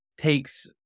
takes